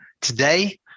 Today